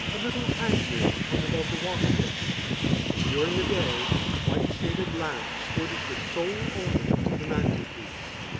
a little hand-mirror hung above the washstand and during the day a white-shaded lamp stood as the sole ornament of the mantelpiece.